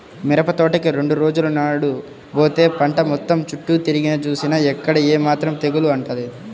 మిరపతోటకి రెండు రోజుల నాడు బోతే పంట మొత్తం చుట్టూ తిరిగి జూసినా ఎక్కడా ఏమాత్రం తెగులు అంటలేదు